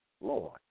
Lord